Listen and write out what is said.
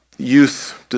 Youth